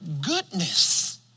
goodness